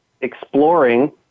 exploring